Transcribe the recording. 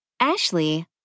Ashley